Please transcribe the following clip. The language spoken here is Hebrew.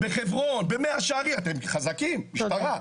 בחברון, במאה שערים, אתם חזקים, משטרה.